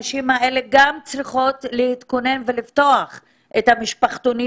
הנשים האלה גם צריכות להתכונן ולפתוח את המשפחתונים